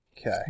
Okay